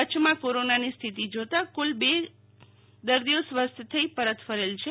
કચ્છભરમાં કોરોનાની સ્થિતિ જોતા કુલ બે દર્દીઓ સ્વસ્થ થઈ પરત ફરેલ છે